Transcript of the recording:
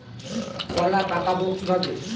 কলা পাকাবো কিভাবে?